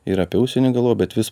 ir apie užsienį galvojau bet vis